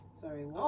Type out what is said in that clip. Sorry